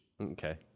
Okay